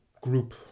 group